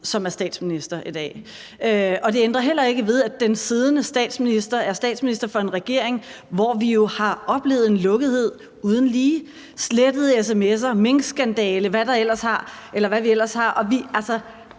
som er statsminister i dag. Og det ændrer heller ikke ved, at den siddende statsminister er statsminister for en regering, hvor vi jo har oplevet en lukkethed uden lige: slettede sms'er, minkskandalen, og hvad vi ellers har. Nu smiler jeg